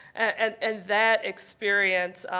and and that experience,